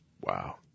Wow